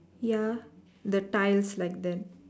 ya the tiles like that